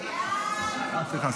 סליחה,